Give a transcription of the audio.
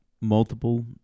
multiple